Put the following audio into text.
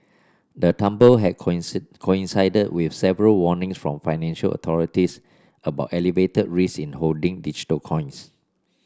the tumble had coincided with several warnings from financial authorities about elevated risk in holding digital coins